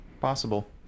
Possible